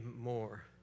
more